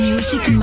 Music